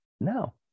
No